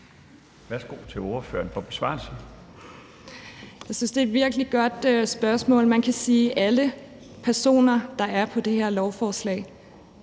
Sandra Elisabeth Skalvig (LA): Jeg synes, det er et virkelig godt spørgsmål. Man kan sige, at alle personer, der er på det her lovforslag,